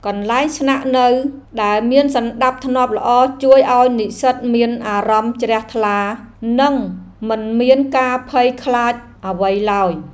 កន្លែងស្នាក់នៅដែលមានសណ្តាប់ធ្នាប់ល្អជួយឱ្យនិស្សិតមានអារម្មណ៍ជ្រះថ្លា និងមិនមានការភ័យខ្លាចអ្វីឡើយ។